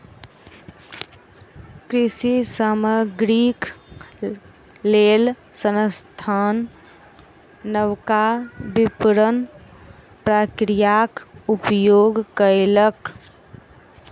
कृषि सामग्रीक लेल संस्थान नबका विपरण प्रक्रियाक उपयोग कयलक